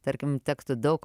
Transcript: tarkim tektų daug